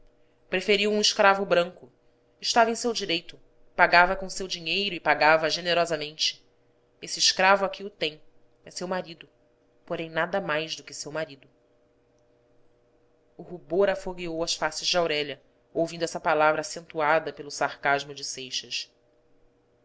preferiu um escravo branco estava em seu direito pagava com seu dinheiro e pagava generosamente esse escravo aqui o tem é seu marido porém nada mais do que seu marido o rubor afogueou as faces de aurélia ouvindo essa palavra acentuada pelo sarcasmo de seixas